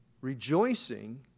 rejoicing